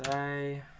a